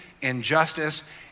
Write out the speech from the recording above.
injustice